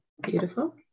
beautiful